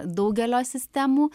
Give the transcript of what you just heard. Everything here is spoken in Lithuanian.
daugelio sistemų